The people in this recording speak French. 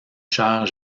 chère